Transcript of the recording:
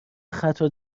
خطا